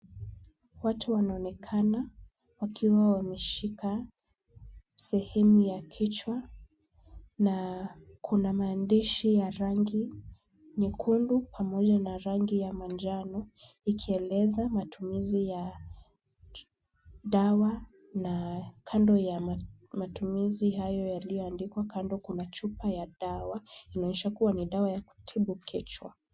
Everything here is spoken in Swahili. Watu wanaonekana wakiwa wameshika sehemu ya kichwa, na kuna maandishi ya rangi nyekundu pamoja na rangi ya manjano, ikieleza matumizi ya dawa na kando ya matumizi hayo yaliyoandikwa, kando, kuna picha ya dawa .Inaonyesha kuwa ni dawa ya kutibu kichwa.